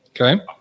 Okay